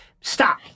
Stop